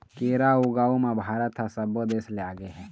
केरा ऊगाए म भारत ह सब्बो देस ले आगे हे